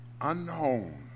unknown